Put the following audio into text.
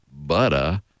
butter